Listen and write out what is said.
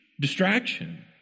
distraction